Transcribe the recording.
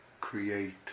create